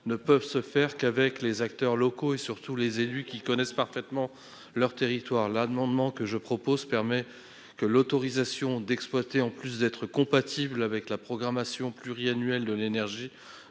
ne peuvent se faire qu'avec les acteurs locaux, en particulier les élus qui connaissent parfaitement leur territoire. Cet amendement vise à ce que l'autorisation d'exploiter soit non seulement compatible avec la programmation pluriannuelle de l'énergie